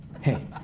Hey